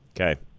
okay